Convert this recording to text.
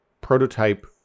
prototype